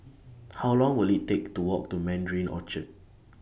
How Long Will IT Take to Walk to Mandarin Orchard